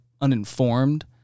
uninformed